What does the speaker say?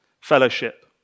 fellowship